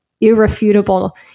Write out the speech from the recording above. irrefutable